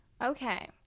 Okay